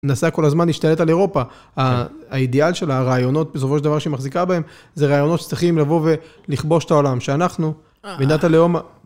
מנסה כל הזמן להשתלט על אירופה, האידיאל שלה, הרעיונות, בסופו של דבר שהיא מחזיקה בהם, זה רעיונות שצריכים לבוא ולכבוש את העולם, שאנחנו, מדינת הלאום...